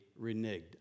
reneged